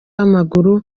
w’amaguru